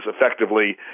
effectively